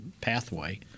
pathway